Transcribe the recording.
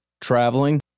traveling